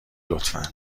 لطفا